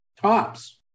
Tops